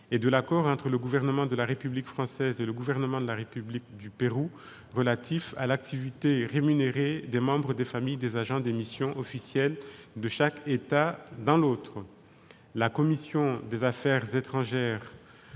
et de l'accord entre le gouvernement de la République française et le gouvernement de la République du Pérou relatif à l'activité rémunérée des membres des familles des agents des missions officielles de chaque État dans l'autre (projet n° 66, texte